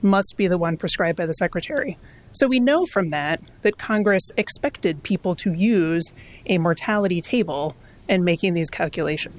must be the one prescribed by the secretary so we know from that that congress expected people to use a mortality table and making these calculation